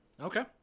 Okay